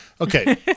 Okay